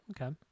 Okay